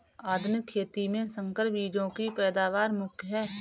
आधुनिक खेती में संकर बीजों की पैदावार मुख्य हैं